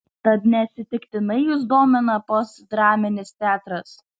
tad neatsitiktinai jus domina postdraminis teatras